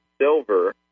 silver